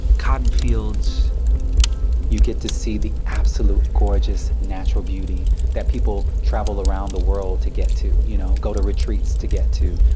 cotton fields you get to see the absolute gorgeous natural beauty that people travel around the world to get to, you know, go to retreats to get to.